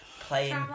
Playing